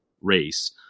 race